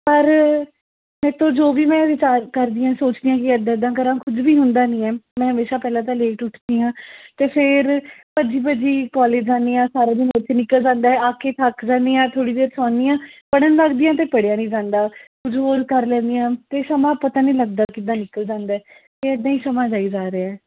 ਪਰ ਮੇਤੋਂ ਜੋ ਵੀ ਮੈਂ ਵਿਚਾਰ ਕਰਦੀ ਸੋਚਦੀ ਹਾਂ ਕਿ ਇਦਾਂ ਇਦਾਂ ਕਰਾਂ ਕੁਝ ਵੀ ਹੁੰਦਾ ਨਹੀਂ ਆ ਮੈਂ ਹਮੇਸ਼ਾ ਪਹਿਲਾਂ ਤਾਂ ਲੇਟ ਉਠਦੀ ਹਾਂ ਅਤੇ ਫਿਰ ਭੱਜੀ ਭੱਜੀ ਕੋਲਜ ਜਾਂਦੀ ਆ ਸਾਰਾ ਦਿਨ ਉਥੇ ਨਿਕਲ ਜਾਂਦਾ ਆਖਿਰ ਥੱਕ ਜਾਂਦੀ ਹਾਂ ਥੋੜ੍ਹੀ ਦੇਰ ਸੌਨੀ ਹਾਂ ਪੜ੍ਹਨ ਲੱਗਦੀ ਹਾਂ ਅਤੇ ਪੜ੍ਹਿਆ ਨਹੀਂ ਜਾਂਦਾ ਕੁਝ ਹੋਰ ਕਰ ਲੈਂਦੀ ਹਾਂ ਅਤੇ ਸਮਾਂ ਪਤਾ ਨਹੀਂ ਲੱਗਦਾ ਕਿਦਾਂ ਨਿਕਲ ਜਾਂਦਾ ਕਿ ਇਦਾਂ ਹੀ ਸਮਾਂ ਜਾਈ ਜਾ ਰਿਹਾ